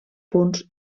punts